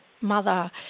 mother